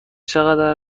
چقدر